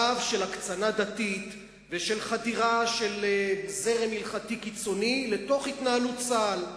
קו של הקצנה דתית ושל חתירה של זרם הלכתי קיצוני לתוך התנהלות צה"ל.